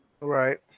right